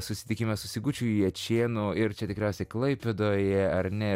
susitikimas su sigučiu jačėnu ir čia tikriausiai klaipėdoje ar ne